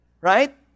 Right